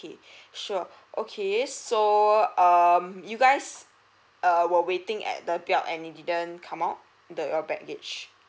sure okay so um you guys err were waiting at the belt and it didn't come out the your baggage